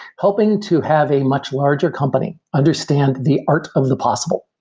helping to have a much larger company understand the art of the possible.